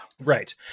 right